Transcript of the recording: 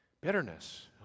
Bitterness